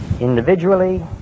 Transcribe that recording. individually